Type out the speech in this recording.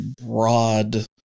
broad